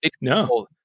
no